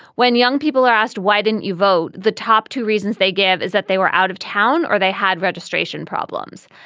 when young people are asked why didn't you vote, the top two reasons they give is that they were out of town or they had registration problems.